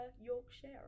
Yorkshire